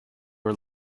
are